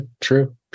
true